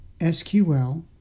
SQL